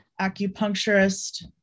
acupuncturist